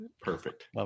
Perfect